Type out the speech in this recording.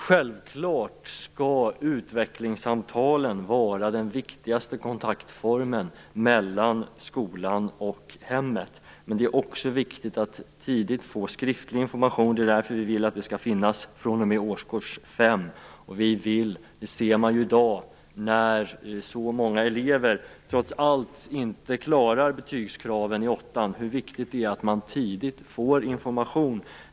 Självfallet skall utvecklingssamtalen vara den viktigaste kontaktformen mellan skolan och hemmet, men det är också viktigt att man tidigt får skriftlig information. Det är därför vi vill att sådan skall finnas fr.o.m. årskurs 5. När så många elever, trots allt, inte klarar av betygskraven i åttan ser man hur viktigt det är att de tidigt får information.